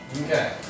Okay